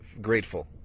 grateful